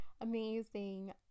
amazing